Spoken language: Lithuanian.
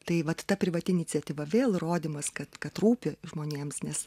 tai vat ta privati iniciatyva vėl rodymas kad kad rūpi žmonėms nes